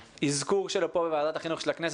האזכור שלו פה בוועדת החינוך של הכנסת